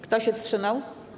Kto się wstrzymał?